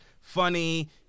funny